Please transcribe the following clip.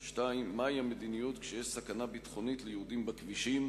2. מה היא המדיניות כשיש סכנה ביטחונית ליהודים בכבישים,